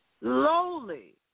lowly